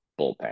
bullpen